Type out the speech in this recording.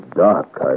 Dark